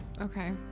Okay